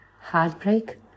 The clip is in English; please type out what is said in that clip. heartbreak